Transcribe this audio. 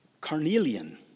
Carnelian